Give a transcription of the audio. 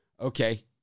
Okay